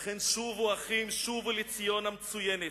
"לכן שובו אחים, שובו לציון המצוינת".